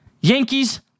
Yankees